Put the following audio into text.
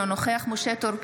אינו נוכח משה טור פז,